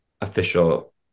official